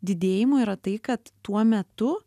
didėjimo yra tai kad tuo metu